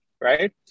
right